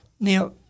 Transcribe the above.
Now